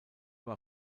war